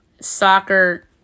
soccer